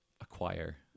Acquire